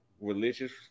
religious